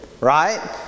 right